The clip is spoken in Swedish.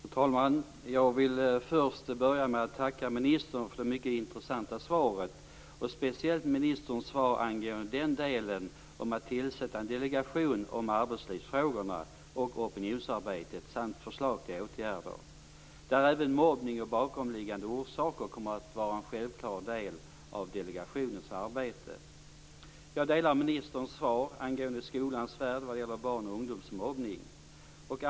Fru talman! Jag vill börja med att tacka ministern för det mycket intressanta svaret. Det gäller speciellt ministerns svar angående att man avser tillsätta en delegation om arbetslivsfrågorna som skall bedriva opinionsarbete samt ge förslag till åtgärder. Även mobbning och bakomliggande orsaker kommer att vara en självklar del av delegationens arbete. Jag delar åsikten i ministerns svar angående barnoch ungdomsmobbning i skolans värld.